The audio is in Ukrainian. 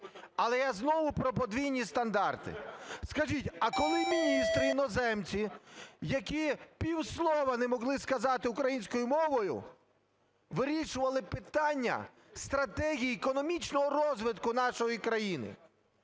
Але я знову про подвійні стандарти. Скажіть, а коли міністри-іноземці, які півслова не могли сказати українською мовою, вирішували питання стратегії економічного розвитку нашої країни,